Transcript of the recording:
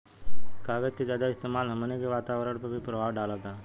कागज के ज्यादा इस्तेमाल हमनी के वातावरण पर भी प्रभाव डालता